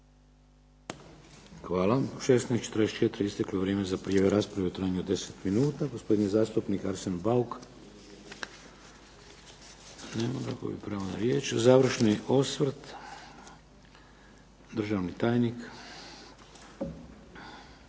Hvala. U 16,44 isteklo je vrijeme za prijave rasprave u trajanju od 10 minuta. Gospodin zastupnik Arsen Bauk. Nema ga. Gubi pravo na riječ. Završni osvrt, državni tajnik